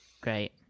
great